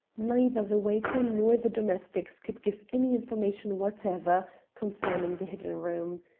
neither the waiter nor the domestics could give any information whatever concerning the hidden room.